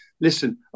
Listen